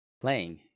playing